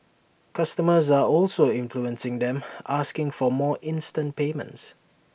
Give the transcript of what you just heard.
customers are also influencing them asking for more instant payments